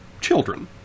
children